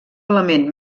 element